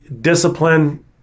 discipline